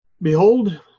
Behold